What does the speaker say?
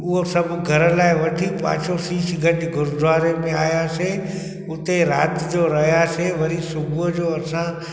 उहो सभु घर लाइ वठी पाछो शीशगंज गुरूद्वारे में आयासीं हुते राति जो रहियासीं वरी सुबुह जो असां